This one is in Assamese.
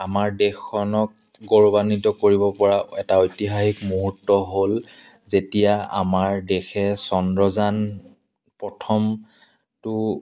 আমাৰ দেশখনক গৌৰৱান্বিত কৰিব পৰা এটা ঐতিহাসিক মুহূৰ্ত হ'ল যেতিয়া আমাৰ দেশে চন্দ্ৰযান প্ৰথমটো